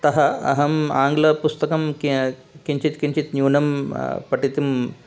तः अहम् आङ्ग्लपुस्तकं कि किञ्चित् किञ्चित् न्यूनं पठितुं